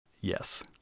yes